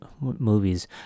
movies